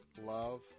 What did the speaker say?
love